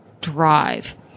drive